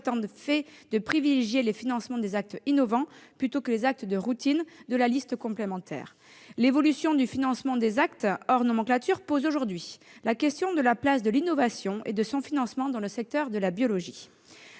de privilégier le financement des actes innovants plutôt que les actes de routine de la liste complémentaire. L'évolution du financement des actes hors nomenclature pose aujourd'hui la question de la place de l'innovation et de son financement dans le secteur de la biologie.